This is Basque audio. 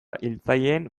hiltzaileen